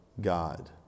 God